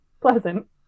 pleasant